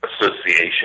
association